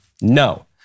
no